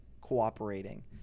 cooperating